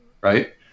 right